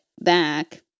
back